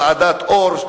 ועדת-אור,